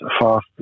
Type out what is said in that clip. fast